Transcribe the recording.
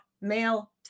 male